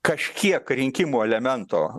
kažkiek rinkimų elemento